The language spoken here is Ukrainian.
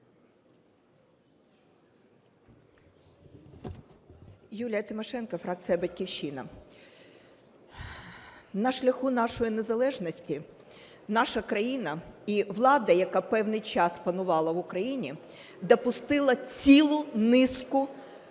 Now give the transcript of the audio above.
Юлія Тимошенко, фракція "Батьківщина". На шляху нашої незалежності наша країна і влада, яка певний час панувала в Україні, допустила цілу низку трагічних